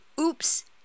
oops